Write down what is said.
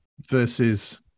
versus